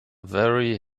very